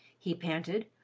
he panted.